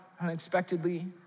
unexpectedly